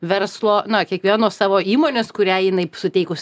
verslo na kiekvienos savo įmonės kurią jinai suteikus